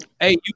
Hey